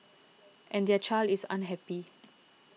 and their child is unhappy